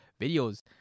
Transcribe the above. videos